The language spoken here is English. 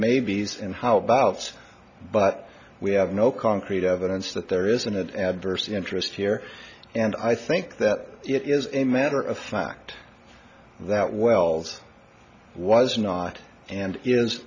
maybes and how about but we have no concrete evidence that there isn't an adverse interest here and i think that it is a matter of fact that wells was not and is